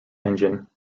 engine